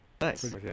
nice